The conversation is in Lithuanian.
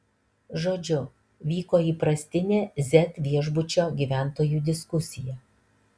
žodžiu vyko įprastinė z viešbučio gyventojų diskusija